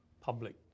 public